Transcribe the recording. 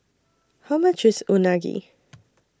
How much IS Unagi